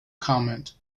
comment